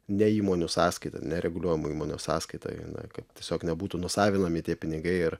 ne įmonių sąskaita nereguliuojama įmonių sąskaita jinai kad tiesiog nebūtų nusavinami tie pinigai ir